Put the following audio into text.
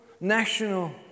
national